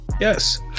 Yes